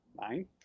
Nine